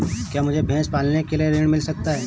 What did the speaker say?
क्या मुझे भैंस पालने के लिए ऋण मिल सकता है?